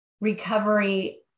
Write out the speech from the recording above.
recovery